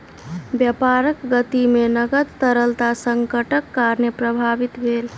व्यापारक गति में नकद तरलता संकटक कारणेँ प्रभावित भेल